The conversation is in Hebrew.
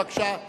בבקשה.